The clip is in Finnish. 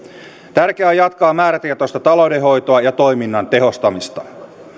tärkeää on jatkaa määrätietoista taloudenhoitoa ja toiminnan tehostamista